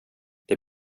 det